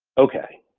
okay,